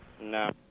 No